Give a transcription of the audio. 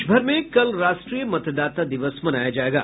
देश भर में कल राष्ट्रीय मतदाता दिवस मनाया जाएगा